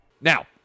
Now